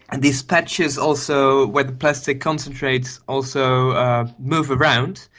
and these patches also where the plastic concentrates also move around,